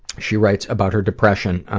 she writes about her depression.